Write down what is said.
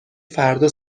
فردا